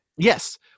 yes